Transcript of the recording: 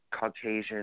Caucasian